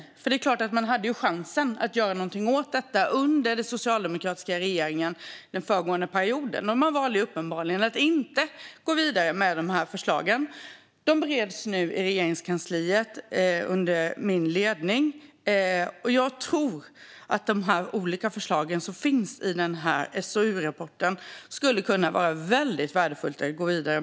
Socialdemokraterna hade förstås chans att göra något åt detta under sin regeringsperiod, men valde uppenbarligen att inte gå vidare med förslagen. De bereds nu i Regeringskansliet under min ledning, och jag tror att de olika förslagen i SOU-rapporten skulle kunna vara väldigt värdefulla att gå vidare med.